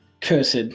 cursed